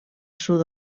sud